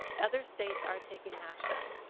other states are taking action.